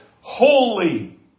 holy